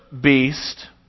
beast